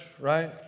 right